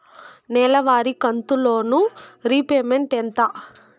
నెలవారి కంతు loan repayment ఎంత?